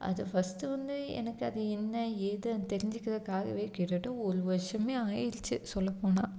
அது ஃபஸ்ட்டு வந்து எனக்கு என்ன ஏதுன்னு தெரிஞ்சிருக்கிறதுக்காவே கிட்டத்தட்ட ஒரு வர்ஷம் ஆகிடுச்சி சொல்லப்போனால்